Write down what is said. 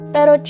Pero